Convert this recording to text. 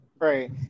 Right